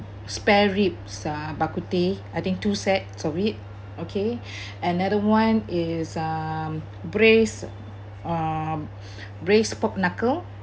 spare ribs uh bak kut teh I think two sets of it okay another one is uh braised um braised pork knuckle